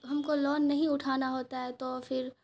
ہم کو لون نہیں اٹھانا ہوتا ہے تو پھر